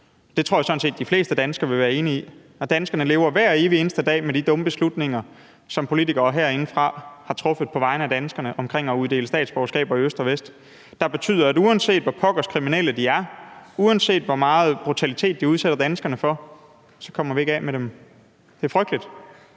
det tror jeg sådan set de fleste danskere vil være enig i. Danskerne lever hver evig eneste dag med de dumme beslutninger, som politikere herinde har truffet på vegne af danskerne, om at uddele statsborgerskaber i øst og vest, hvilket betyder, at uanset hvor pokkers kriminelle de er, og uanset hvor meget brutalitet de udsætter danskerne for, så kommer vi ikke af med dem. Det er frygteligt.